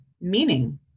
meaning